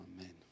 Amen